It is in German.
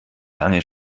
lange